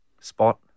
Spot